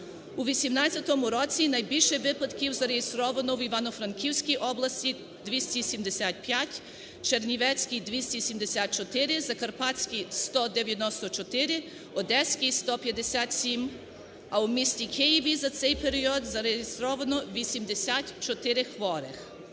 У 2018 році найбільше випадків зареєстровано в Івано-Франківській області – 275, Чернівецькій – 274, Закарпатській – 194, Одеській – 157, а в місті Києві за цей період зареєстровано 84 хворих.